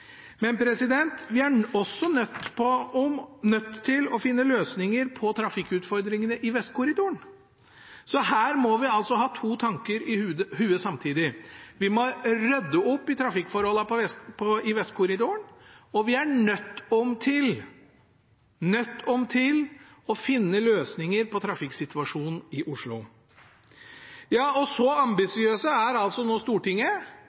Men vi er også nødt til å finne løsninger på trafikkutfordringene i Vestkorridoren. Så her må vi ha to tanker i hodet samtidig. Vi må rydde opp i trafikkforholdene i Vestkorridoren, og vi er nødt til å finne løsninger på trafikksituasjonen i Oslo. Så ambisiøs er altså Stortinget